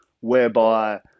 whereby